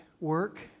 work